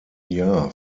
jahr